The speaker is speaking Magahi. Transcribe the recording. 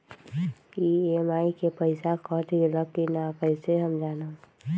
ई.एम.आई के पईसा कट गेलक कि ना कइसे हम जानब?